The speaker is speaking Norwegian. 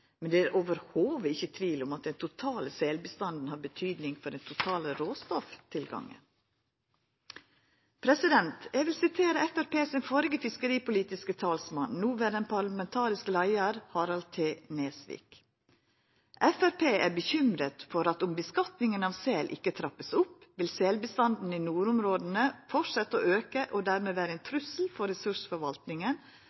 men det er i det heile ikkje tvil om at den totale selbestanden har betydning for den totale råstofftilgangen. Eg vil sitera den førre fiskeripolitiske talsmannen til Framstegspartiet, noverande parlamentarisk leiar, Harald T. Nesvik: «Fremskrittspartiet er bekymret for at om beskatningen av sel ikke trappes opp, vil selbestandene i nordområdene fortsette å øke og dermed være en